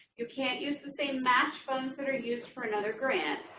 you can't use the same match funds that are used for another grant,